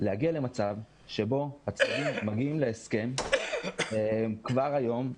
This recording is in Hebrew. להגיע למצב בו הצדדים מגיעים להסכם כבר היום.